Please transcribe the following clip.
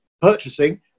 purchasing